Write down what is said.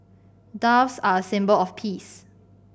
doves are a symbol of peace